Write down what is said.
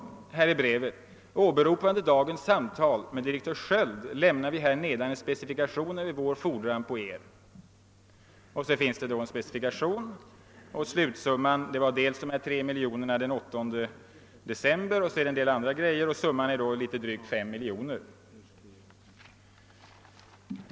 Så här lyder brevet: »Åberopande dagens samtal med direktör Sköld lämnar vi här nedan en specifikation över vår fordran på Er.« Därefter följer en specifikation, som omfattar dels de nyss nämnda 3 miljonerna samt en del annat. Summan är litet drygt 5 miljoner.